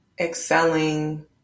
excelling